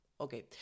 Okay